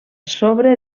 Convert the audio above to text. sobre